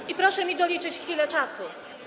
I proszę mi doliczyć chwilę czasu.